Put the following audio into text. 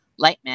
Lightman